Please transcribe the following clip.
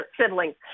siblings